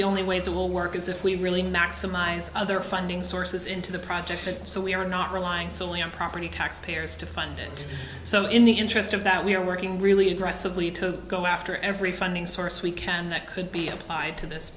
the only ways it will work is if we really knock some minds other funding sources into the projects so we are not relying solely on property tax payers to fund it so in the interest of that we are working really aggressively to go after every funding source we can that could be applied to this